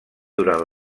durant